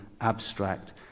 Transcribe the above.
abstract